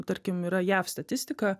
tarkim yra jav statistika